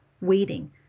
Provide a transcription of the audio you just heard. waiting